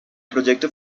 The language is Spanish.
proyecto